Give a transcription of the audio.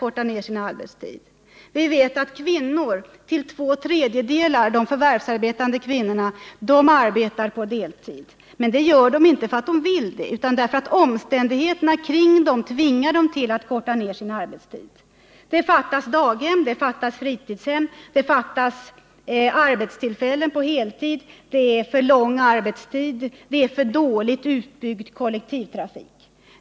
Vi vet att de förvärvsarbetande kvinnorna till två tredjedelar arbetar på deltid. Men det gör de inte för att de vill det, utan därför att omständigheterna tvingar dem att korta ner sin arbetstid: det fattas daghem, det fattas fritidshem, det fattas arbetstillfällen på heltid, det är för lång arbetstid och det är för dåligt utbyggd kollektivtrafik.